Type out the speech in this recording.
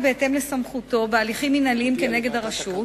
בהתאם לסמכותו, הליכים מינהליים כנגד הרשות,